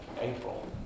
April